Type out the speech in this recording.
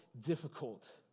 difficult